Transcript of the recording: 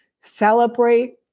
celebrate